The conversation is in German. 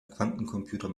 quantencomputer